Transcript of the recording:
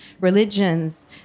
religions